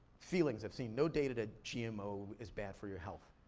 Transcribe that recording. feelings, i've seen no data that gmo is bad for your health.